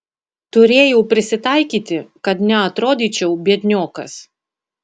turėjau prisitaikyti kad neatrodyčiau biedniokas